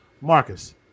Marcus